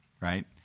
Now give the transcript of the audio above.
right